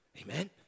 Amen